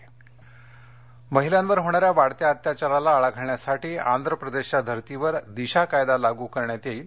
दिशा देशमख महिलांवर होणाऱ्या वाढत्या अत्याचाराला आळा घालण्यासाठी आंध्र प्रदेशच्या धरतीवर दिशा कायदा लागू करण्यात येईल